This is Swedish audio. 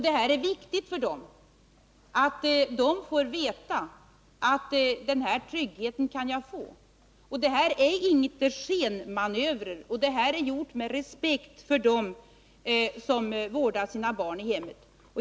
Det är viktigt för dem att veta att de har den här tryggheten. Förslaget är ingen skenmanöver; det har tillkommit i respekt för dem som vårdar sina barn i hemmet.